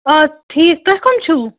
آ ٹھیٖک تُہۍ کٕم چھِو